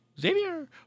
Xavier